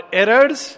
errors